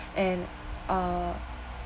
and uh